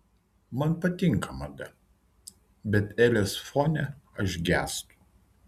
man patinka mada bet elės fone aš gęstu